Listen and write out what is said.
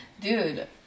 Dude